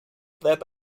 that